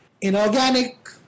inorganic